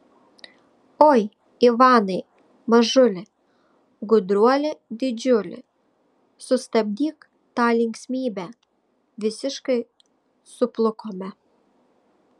oi ivanai mažiuli gudruoli didžiuli sustabdyk tą linksmybę visiškai suplukome